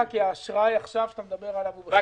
זה לא טוב לך כי האשראי שאתה מדבר עליו יכול